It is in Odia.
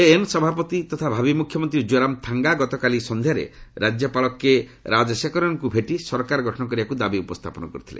ଏଏନ୍ଏଫ୍ ସଭାପତି ତଥା ଭାବୀ ମୁଖ୍ୟମନ୍ତ୍ରୀ ଜୋରାମ୍ ଥାଙ୍ଗା ଗତକାଲି ସନ୍ଧ୍ୟାରେ ରାଜ୍ୟପାଳ କେରାଜଶେକରନ୍ଙ୍କୁ ଭେଟି ସରକାର ଗଠନ କରିବାକୁ ଦାବି ଉପସ୍ଥାପନ କରିଥିଲେ